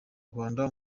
rwanda